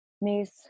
Miss